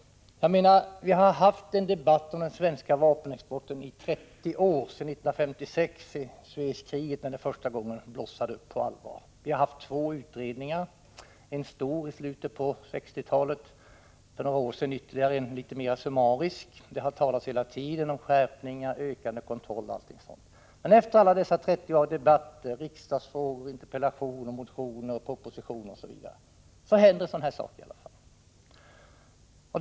Vi har haft en debatt om den svenska vapenexporten i 30 år. Under Suezkriget 1956 blossade debatten upp på allvar. Det har gjorts två utredningar, en stor i slutet av 1960-talet och ytterligare en, litet mera summarisk, för några år sedan. Det har hela tiden talats om skärpningar, ökande kontroll m.m. Efter alla dessa 30 år av debatter, riksdagsfrågor, interpellationer, motioner, propositioner osv. händer i alla fall en sådan här sak.